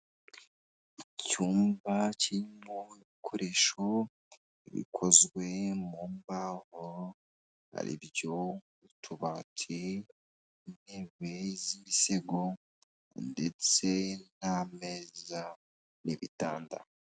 Icyumba kirimo ibikoresho bikozwe mu mbaho aribyo utubati, intebe z'imisigo ndetse n'ameza n'ibitanda.